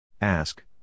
Ask